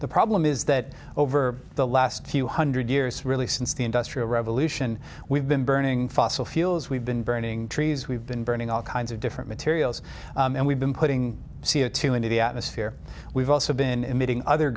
the problem is that over the last few hundred years really since the industrial revolution we've been burning fossil fuels we've been burning trees we've been burning all kinds of different materials and we've been putting c o two into the atmosphere we've also been emitting other